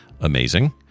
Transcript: amazing